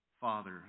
Father